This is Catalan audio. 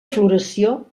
floració